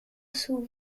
sous